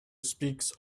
speaks